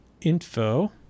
info